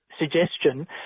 suggestion